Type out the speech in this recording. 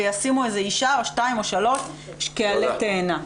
וישימו איזו אישה או שתיים או שלוש כעלה תאנה.